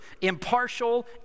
impartial